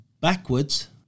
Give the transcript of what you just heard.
backwards